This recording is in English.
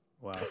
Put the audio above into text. Wow